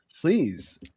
please